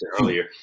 earlier